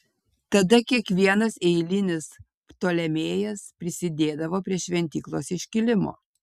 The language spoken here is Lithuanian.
tada kiekvienas eilinis ptolemėjas prisidėdavo prie šventyklos iškilimo